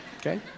Okay